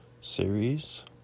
series